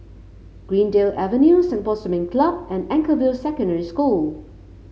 Greendale Avenue Singapore Swimming Club and Anchorvale Secondary School